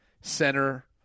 center